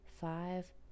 five